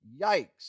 Yikes